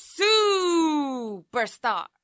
Superstar